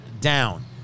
down